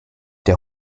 der